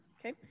Okay